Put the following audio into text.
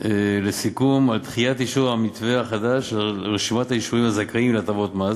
על דחיית אישור המתווה החדש של רשימת היישובים הזכאים להטבות מס.